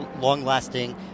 long-lasting